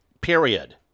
period